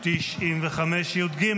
-- 95יג.